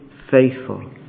faithful